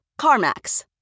CarMax